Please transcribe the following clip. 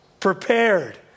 prepared